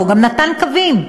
והוא גם נתן קווים,